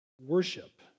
Worship